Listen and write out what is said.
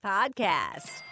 Podcast